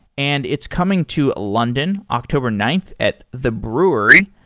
and it's coming to london, october ninth, at the brewery.